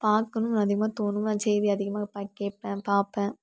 பார்க்குணும் அதிகமாக தோணும் நான் செய்தி அதிகமாக பாக் கேட்பன் பார்ப்பன்